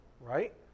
right